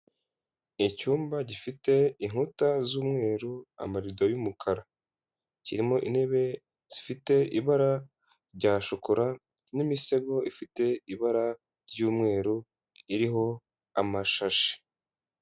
Icyumba gifite inkuta z'umweru, amarido y'umukara. Kirimo intebe zifite ibara rya shokora n'imisego ifite ibara ry'umweru iriho amashashi.